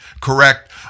correct